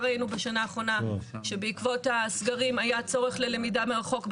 ראינו בשנה האחרונה שבעקבות הסגרים היה צורך ללמידה מרחוק,